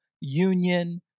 union